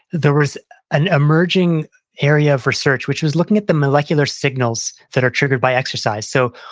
there was an emerging area of research which was looking at the molecular signals that are triggered by exercise. so,